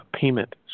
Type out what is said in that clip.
payment